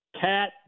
Cat